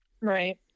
Right